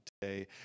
today